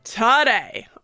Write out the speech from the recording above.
today